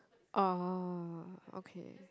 oh okay